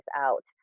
out